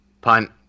punt